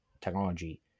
technology